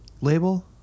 label